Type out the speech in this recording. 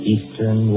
Eastern